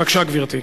בבקשה, גברתי.